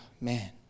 man